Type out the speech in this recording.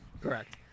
Correct